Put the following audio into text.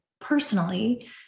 personally